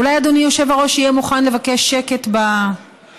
אולי אדוני היושב-ראש יהיה מוכן לבקש שקט במליאה?